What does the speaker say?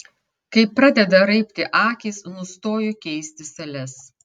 kai pradeda raibti akys nustoju keisti sales